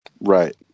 Right